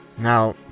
now,